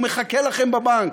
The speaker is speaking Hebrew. הוא מחכה לכם בבנק.